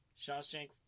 Shawshank